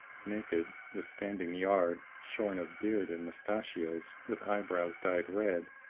naked, with standing yard, shorn of beard and mustachios, with eyebrows dyed red,